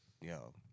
yo